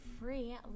free